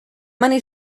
many